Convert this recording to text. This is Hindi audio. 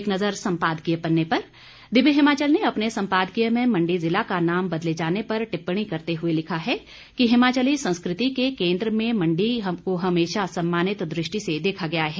एक नजर संपादकीय पन्ने पर दिव्य हिमाचल ने अपने संपादकीय में मंडी जिला का नाम बदले जाने पर टिप्पणी करते हुए लिखा है कि हिमाचली संस्कृति के केंद्र में मंडी को हमेशा सम्मानित दृष्टि से देखा गया है